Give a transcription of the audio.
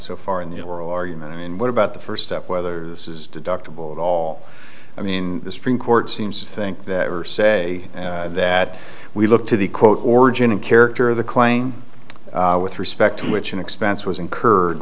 so far in the oral argument i mean what about the first step whether this is deductible at all i mean the supreme court seems to think that or say that we look to the quote origin and character of the claim with respect to which an expense was incurred